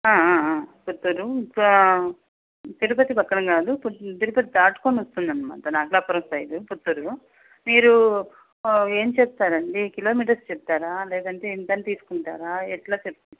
పుత్తూరు కావాలి తిరుపతి పక్కన కాదు తిరుపతి దాటుకుని వస్తుందనమాట నాగలాపురం సైడ్ పుత్తూరు మీరు ఏం చేస్తారండి కిలోమీటర్స్ చెప్తారా లేదంటే ఇంతని తీసుకుంటారా ఎట్ల చెప్ప